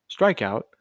strikeout